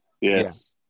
Yes